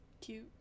Cute